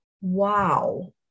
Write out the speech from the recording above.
wow